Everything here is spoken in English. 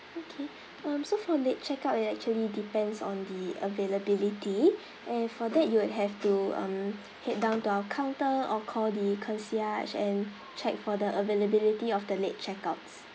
okay um so for late check out it actually depends on the availability and for that you would have to um head down to our counter or call the concierge and check for the availability of the late check outs